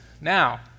Now